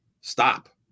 stop